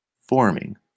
forming